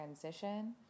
transition